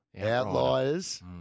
Outliers